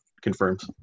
confirms